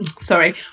sorry